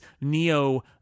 Neo-